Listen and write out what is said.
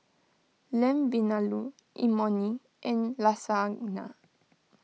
Lamb Vindaloo Imoni and Lasagna